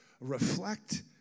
reflect